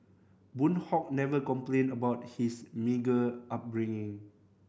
Boon Hock never complained about his meagre upbringing